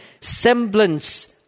semblance